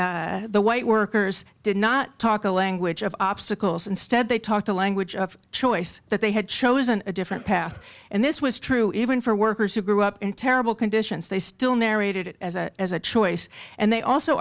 children the white workers did not talk a language of obstacles instead they talked a language of choice that they had chosen a different path and this was true even for workers who grew up in terrible conditions they still narrated it as a choice and they also